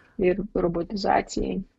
ir robotizacijai